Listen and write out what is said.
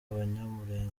abanyamulenge